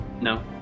No